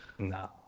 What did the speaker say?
No